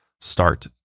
start